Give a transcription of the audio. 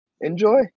Enjoy